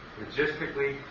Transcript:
logistically